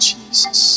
Jesus